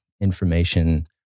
information